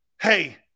hey